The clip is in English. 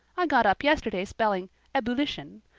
i got up yesterday spelling ebullition.